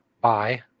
Bye